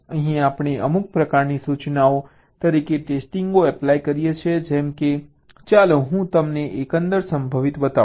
અહીં આપણે અમુક પ્રકારની સૂચનાઓ તરીકે ટેસ્ટિંગો એપ્લાય કરીએ છીએ જેમ કે ચાલો હું તમને એકંદર સંભવિત બતાવું